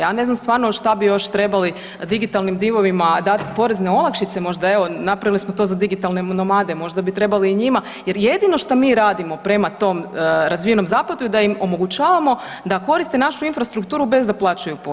Ja ne znam stvarno šta bi još trebali digitalnim divovima, dati porezne olakšice možda, evo napravili smo to za digitalne nomade, možda bi trebali njima jer jedino što mi radimo prema tom razvijenom zapadu je da im omogućavamo da koriste našu infrastrukturu bez da plaćaju porez.